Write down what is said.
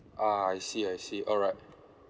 ah I see I see alright